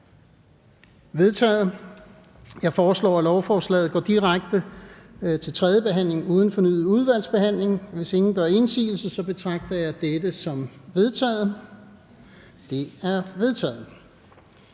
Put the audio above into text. vedtaget. Jeg foreslår, at lovforslaget går direkte til tredje behandling uden fornyet udvalgsbehandling. Hvis ingen gør indsigelse, betragter jeg dette som vedtaget. Det er vedtaget.